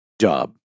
job